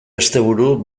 asteburu